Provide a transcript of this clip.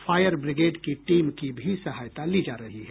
fire brigade की team की भी सहायता ली जा रही है